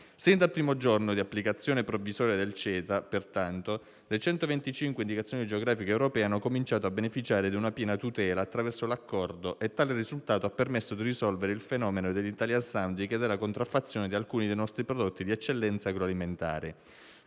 Sin dal primo giorno di applicazione provvisoria del CETA, pertanto, le 125 indicazioni geografiche europee hanno cominciato a beneficiare di una piena tutela attraverso l'Accordo e tale risultato ha permesso di risolvere il fenomeno dell'*italian sounding* e della contraffazione di alcuni dei nostri prodotti di eccellenza agroalimentare.